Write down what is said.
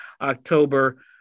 October